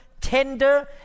tender